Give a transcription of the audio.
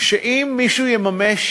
שאם מישהו יממש